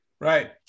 right